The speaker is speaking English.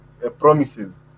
Promises